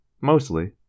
mostly